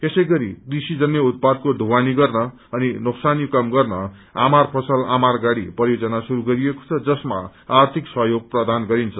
यसैगरी कृषिजन्य उत्पादको दुवानी गर्न अनि नोकसानी कम गर्न आमार फसल आमर गाड़ी परियोजना श्रुस्त गरिएको छ जसमा आर्थिक सहयोग प्रदान गरिन्छ